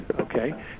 Okay